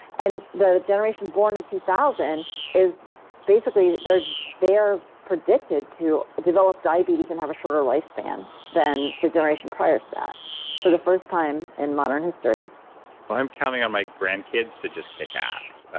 and the generation born in two thousand basically, they're they're predicted to develop diabetes and have a shorter lifespan than the generation prior to that for the first time in modern history i'm counting on my grandkids to just kick ass.